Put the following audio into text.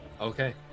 Okay